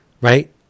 right